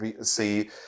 see